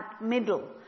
middle